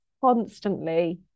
constantly